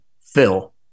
Phil